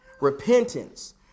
Repentance